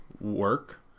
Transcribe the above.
work